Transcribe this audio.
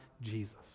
Jesus